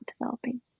developing